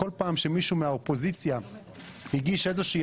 כל פעם שמישהו מהאופוזיציה הגיש איזושהי